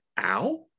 ow